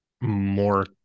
more